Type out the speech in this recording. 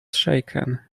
shaken